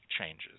changes